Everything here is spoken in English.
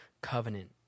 covenant